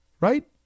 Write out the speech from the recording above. right